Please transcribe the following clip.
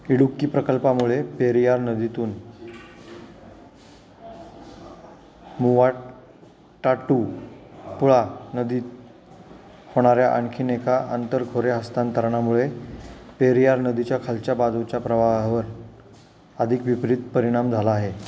इडुक्की प्रकल्पामुळे पेरियार नदीतून मुवाट्टुपुळा नदीत होणाऱ्या आणखीन एका आंतर खोरे हस्तांतरणामुळे पेरियार नदीच्या खालच्या बाजूच्या प्रवाहावर अधिक विपरीत परिणाम झाला आहे